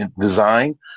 design